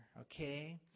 okay